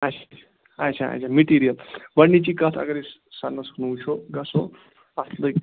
اَچھا اَچھا اَچھا مِٹیٖریَل گۄڈنِچی کَتھ اگر أسۍ سَنَس کُن وُچھو گژھو اَتھ لٔگہِ